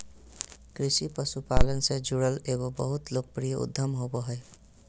कृषि पशुपालन से जुड़ल एगो बहुत लोकप्रिय उद्यम होबो हइ